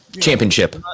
Championship